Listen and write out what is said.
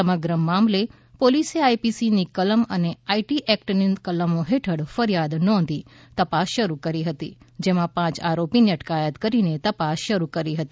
સમગ્ર મામલે પોલીસે આઈપીસી ની કલમ અને આઇટી એક્ટ ની કલમો હેઠળ ફરિથાદ નોંધી તપાસ શરૂ કરી હતી જેમાં પાંચ આરોપીઓની અટકાયત કરી તપાસ શરૂ કરી હતી